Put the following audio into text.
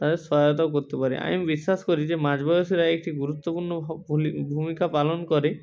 তাদের সহায়তাও করতে পারি আমি বিশ্বাস করি যে মাঝবয়সীরাই একটি গুরুত্বপূর্ণ ভূমিকা পালন করে